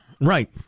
Right